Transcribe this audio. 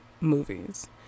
movies